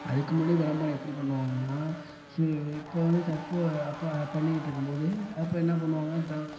அதுக்கு முன்னாடி விளம்பரம் எப்படி பண்ணுவாங்கன்னால் சு இப்போ வந்து தற்போ அப்போ பண்ணிக்கிட்டிருக்கும்போது அப்போ என்ன பண்ணுவாங்க ட்ர